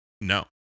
no